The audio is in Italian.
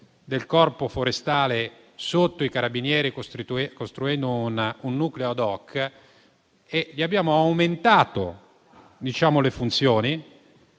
del Corpo forestale sotto i Carabinieri, costruendo un nucleo *ad hoc*, abbiamo aumentato le funzioni,